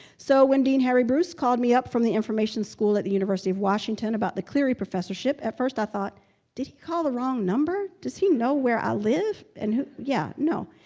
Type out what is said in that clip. so when dean harry bruce called me up from the information school at the university of washington about the cleary professorship, at first, i thought did he call the wrong number? does he know where i live and who ya yeah no?